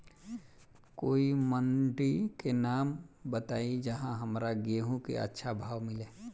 कोई मंडी के नाम बताई जहां हमरा गेहूं के अच्छा भाव मिले?